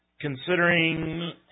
considering